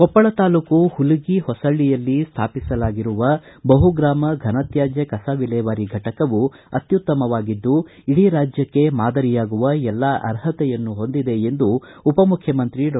ಕೊಪ್ಪಳ ತಾಲೂಕು ಹುಲಿಗಿ ಹೊಸಳ್ಳಿ ಯಲ್ಲಿ ಸ್ಥಾಪಿಸಲಾಗಿರುವ ಬಹುಗ್ರಾಮ ಫನತ್ತಾಜ್ಯ ಕಸ ವಿಲೇವಾರಿ ಫಟಕವು ಅತ್ಯುತ್ತಮವಾಗಿದ್ದು ಇಡೀ ರಾಜ್ಯಕ್ಕೆ ಮಾದರಿಯಾಗುವ ಎಲ್ಲ ಆರ್ಹತೆಯನ್ನು ಹೊಂದಿದೆ ಎಂದು ಉಪಮುಖ್ಯಮಂತ್ರಿ ಡಾ